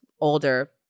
older